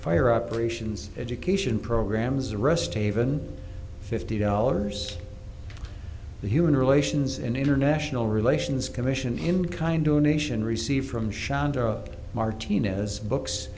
fire operations education programs rest haven fifty dollars human relations and international relations commission in kind donation received from shonda martinez book